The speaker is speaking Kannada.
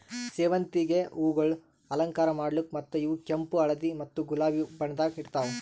ಸೇವಂತಿಗೆ ಹೂವುಗೊಳ್ ಅಲಂಕಾರ ಮಾಡ್ಲುಕ್ ಮತ್ತ ಇವು ಕೆಂಪು, ಹಳದಿ ಮತ್ತ ಗುಲಾಬಿ ಬಣ್ಣದಾಗ್ ಇರ್ತಾವ್